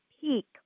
peak